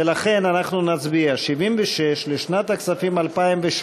ולכן אנחנו נצביע על 76 לשנת הכספים 2017,